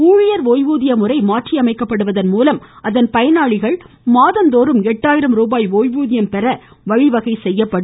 ஊழியர் ஓய்வூதிய முறை மாற்றியமைக்கப்படுவதன் மூலம் அதன் பயனாளிகள் மாதந்தோறும் எட்டாயிரம் நூபாய் ஒய்வூதியம் பெற வழிவகை செய்யப்படும்